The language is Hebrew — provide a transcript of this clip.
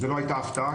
זו לא הייתה הפתעה,